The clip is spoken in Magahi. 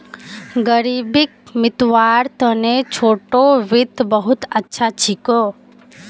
ग़रीबीक मितव्वार तने छोटो वित्त बहुत अच्छा छिको